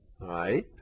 right